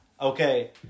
Okay